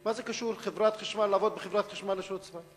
מה קשור לעבוד בחברת חשמל לשירות צבאי?